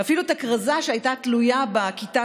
ואפילו את הכרזה שהייתה תלויה בכיתה